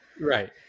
right